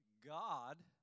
God